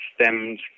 stemmed